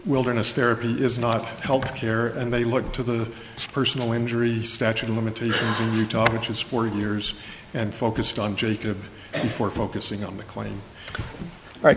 wilderness therapy is not health care and they look to the personal injury statute of limitations in utah which is four years and focused on jacob and four focusing on mclean